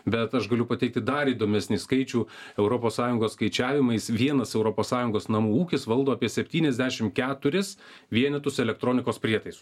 bet aš galiu pateikti dar įdomesnį skaičių europos sąjungos skaičiavimais vienas europos sąjungos namų ūkis valdo apie septyniasdešimt keturis vienetus elektronikos prietaisų